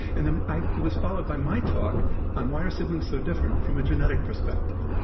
and then, i it was followed by my talk on why are siblings so different from a genetic perspective?